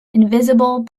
invisible